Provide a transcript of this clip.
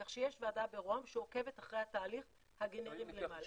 כך שיש ועדה ברוה"מ שעוקבת אחרי התהליך הגנרי מלמעלה.